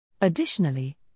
Additionally